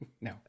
no